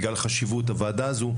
בגלל חשיבות הוועדה הזו.